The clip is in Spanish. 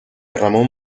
ramón